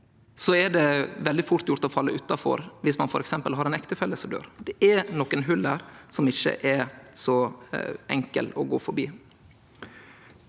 er det veldig fort gjort å falle utanfor viss ein f.eks. har ein ektefelle som døyr. Det er nokre hòl her som ikkje er så enkle å gå forbi.